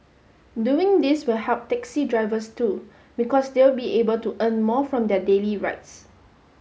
doing this will help taxi drivers too because they'll be able to earn more from their daily rides